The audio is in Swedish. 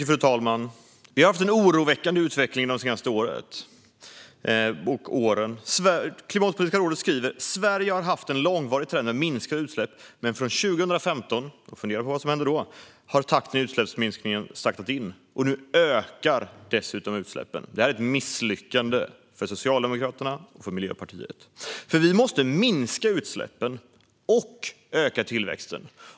Fru talman! Vi har haft en oroväckande utveckling de senaste åren. Klimatpolitiska rådet skriver: "Sverige har haft en långvarig trend med minskande utsläpp, men från 2015 har takten i utsläppsminskningen saktat in." Fundera på vad som hände då! Nu ökar dessutom utsläppen. Detta är ett misslyckande för Socialdemokraterna och Miljöpartiet. Vi måste minska utsläppen och öka tillväxten.